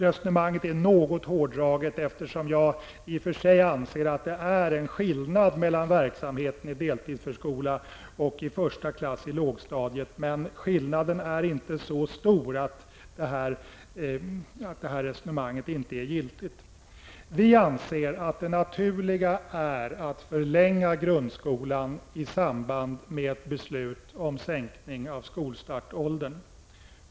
Resonemanget är något hårdraget, eftersom jag i och för sig anser att det är en skillnad mellan verkamheten i deltidsförskola och i första klass på lågstadiet, men skillnaden är inte så stor att det här resonemanget inte är giltigt. Vi anser att det naturliga är att förlänga grundskolan i samband med ett beslut om sänkning av skolstartsåldern.